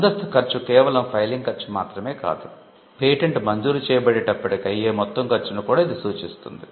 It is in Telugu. ముందస్తు ఖర్చు కేవలం ఫైలింగ్ ఖర్చు మాత్రమే కాదు పేటెంట్ మంజూరు చేయబడేటప్పటికి అయ్యే మొత్తం ఖర్చును కూడా ఇది సూచిస్తుంది